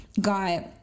got